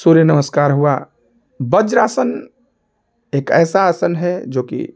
सूर्य नमस्कार हुआ वज्रासन एक ऐसा आसन है जो कि